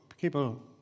people